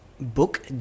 book